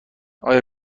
آیا